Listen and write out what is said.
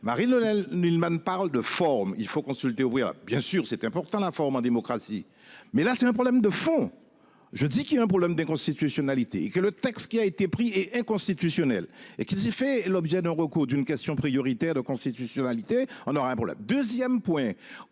Marine Lionel. Parole de forme, il faut consulter ouvrir bien sûr c'est important la forme en démocratie mais là c'est un problème de fond. Je dis qu'il y a un problème d'inconstitutionnalité que le texte qui a été pris et inconstitutionnelle et qui fait l'objet d'un recours d'une question prioritaire de constitutionnalité, on aura un pour la 2ème point